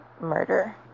murder